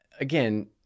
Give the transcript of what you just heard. Again